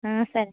సరే